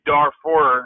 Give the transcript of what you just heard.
Darfur